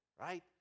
right